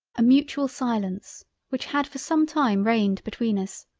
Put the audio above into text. a mutual silence which had for some time reigned between us,